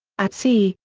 at sea,